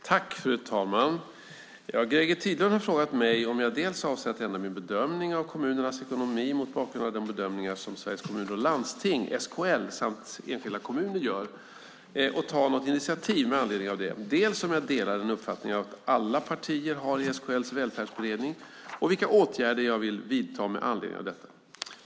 Fru talman! Greger Tidlund har frågat mig dels om jag avser att ändra min bedömning av kommunernas ekonomi mot bakgrund av de bedömningar som Sveriges Kommuner och Landsting, SKL, samt enskilda kommuner gör och ta något initiativ med anledning av det, dels om jag delar den uppfattning som alla partier har i SKL:s välfärdsberedning och vilka åtgärder jag vill vidta med anledning av detta.